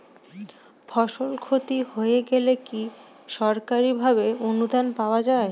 ফসল ক্ষতি হয়ে গেলে কি সরকারি ভাবে অনুদান পাওয়া য়ায়?